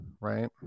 right